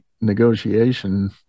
negotiation